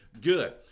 good